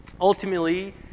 Ultimately